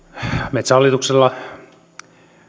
metsähallituksella